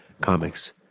comics